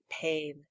pain